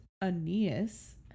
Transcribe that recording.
aeneas